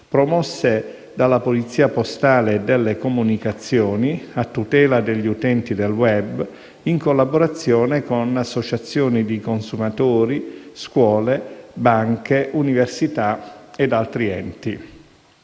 promosse dalla polizia postale e delle comunicazioni a tutela degli utenti del *web*, in collaborazione con associazioni di consumatori, scuole, banche, università e altri enti.